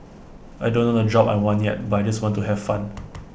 I don't know the job I want yet but I just want to have fun